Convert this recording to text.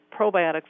probiotics